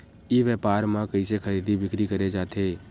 ई व्यापार म कइसे खरीदी बिक्री करे जाथे?